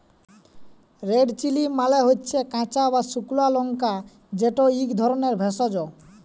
red chilli মালে হচ্যে কাঁচা বা সুকনা লংকা যেট ইক ধরলের ভেষজ